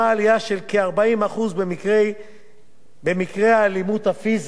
עלייה של כ-40% במקרי האלימות הפיזית,